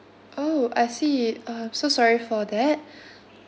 oh I see uh so sorry for that